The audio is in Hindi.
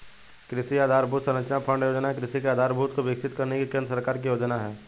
कृषि आधरभूत संरचना फण्ड योजना कृषि के आधारभूत को विकसित करने की केंद्र सरकार की योजना है